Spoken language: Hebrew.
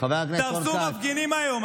דרסו מפגינים היום,